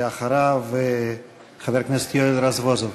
ואחריו, חבר הכנסת יואל רזבוזוב.